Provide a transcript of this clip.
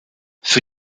für